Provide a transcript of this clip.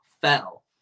fell